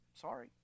Sorry